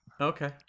Okay